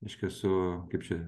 reiškia su kaip čia